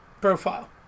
profile